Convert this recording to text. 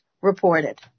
reported